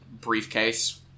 briefcase